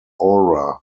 aura